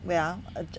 wait ah agen~